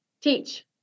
Teach